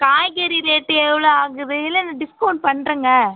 காய்கறி ரேட் எவ்வளோ ஆகுது இல்லை டிஸ்கவுண்ட் பண்ணுறங்க